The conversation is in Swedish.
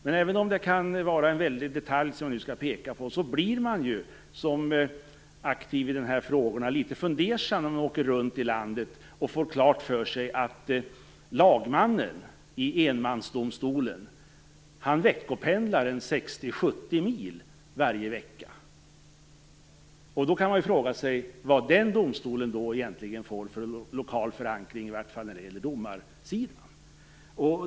Men även om det är en detalj vi pekar på blir man som aktiv i de här frågorna litet fundersam när man åker runt i landet och får klart för sig att lagmannen i enmansdomstolen pendlar 60-70 mil varje vecka. Då kan man fråga sig vilken lokal förankring den domstolen egentligen får, i varje fall när det gäller domarsidan.